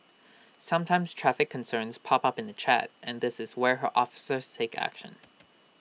sometimes traffic concerns pop up in the chat and this is where her officers take action